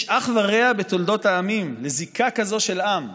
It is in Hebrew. יש אח ורע בתולדות העמים וזיקה כזאת של עם לאמונה,